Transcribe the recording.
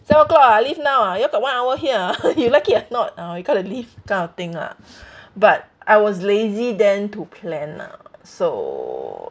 seven O'clock ah leave now ah you all got one hour ah you like it or not uh you gotta leave kind of thing lah but I was lazy then to plan lah so